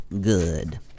Good